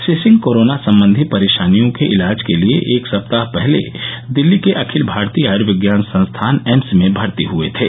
Shri Singh corona संबंधी परेशानियों के इलाज के लिए एक सप्ताह पहले दिल्ली के अखिल भारतीय आयुर्विज्ञान संस्थान एम्स में भर्ती हए थे